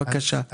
בבקשה.